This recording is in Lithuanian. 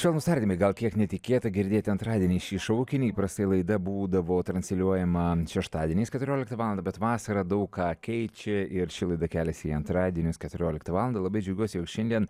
švelnūs tardymai gal kiek netikėta girdėti antradienį šį šaukinį įprastai laida būdavo transliuojama šeštadieniais keturioliktą valandą bet vasara daug ką keičia ir ši laida keliasi į antradienius keturioliktą valandą labai džiaugiuosi jog šiandien